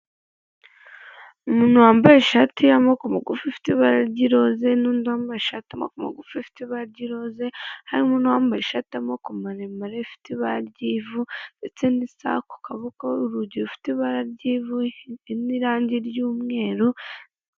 Umuntu wambaye ishati y'amaboko magufi ifite ibara ry'iroze n'undi wambaye ishati y'amaboko magufi ifite ibara ry'iroze harimo n'uwambaye ishati y'amaboko maremare ifite ibara ry'ivu ndetse n'isaha ku kaboko, urugi rufite ibara ry'ivu n'irangi ry'umweru.